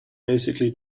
basically